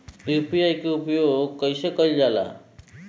UPI के उपयोग कइसे कइल जाला?